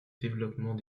développement